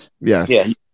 yes